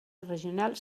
regional